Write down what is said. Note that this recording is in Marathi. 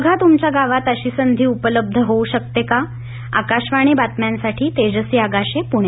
बघा तुमच्या गावात अशी संधी उपलब्ध होऊ शकते का आकाशवाणी बातम्यांसाठी तेजसी आगाशे पुणे